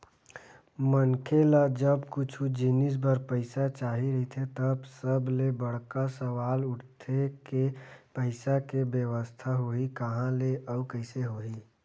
मनखे ल जब कुछु जिनिस बर पइसा चाही रहिथे त सबले बड़का सवाल उठथे के पइसा के बेवस्था होही काँहा ले अउ कइसे होही